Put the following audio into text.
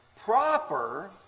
proper